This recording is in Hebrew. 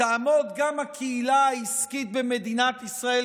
תעמוד גם הקהילה העסקית במדינת ישראל,